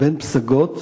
בין פסגות